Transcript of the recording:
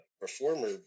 performer